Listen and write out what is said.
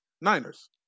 Niners